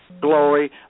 glory